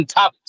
top